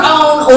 own